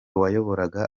wayoboraga